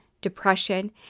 depression